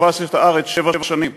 שכבש את הארץ בשבע שנים.